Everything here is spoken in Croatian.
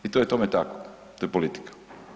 I to je tome tako, to je politika.